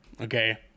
okay